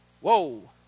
Whoa